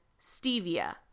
stevia